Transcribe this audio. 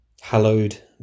hallowed